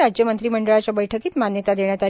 राज्य मंत्रिमंडळाच्या बैठकीत मान्यता देण्यात आली